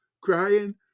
crying